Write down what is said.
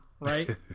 right